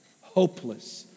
hopeless